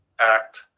act